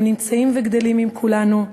הם נמצאים וגדלים עם כולנו.